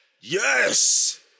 Yes